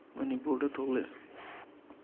ꯃꯅꯤꯄꯨꯔꯗ ꯊꯣꯛꯂꯛꯑꯦ